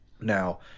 Now